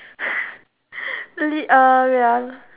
lead uh wait ah